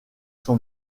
son